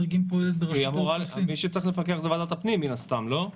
מי שצריך לפקח זו ועדת הפנים, לא?